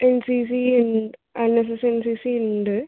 N C C in N S S N C C ഉണ്ട്